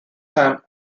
sam